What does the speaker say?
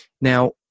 Now